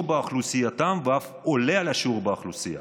באוכלוסייה ואף עולה על השיעור באוכלוסייה.